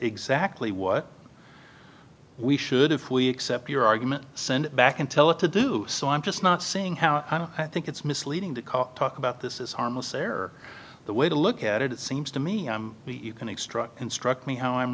exactly what we should if we accept your argument send it back and tell it to do so i'm just not saying how i think it's misleading to talk about this is harmless error the way to look at it it seems to me i'm an extra instruct me how i'm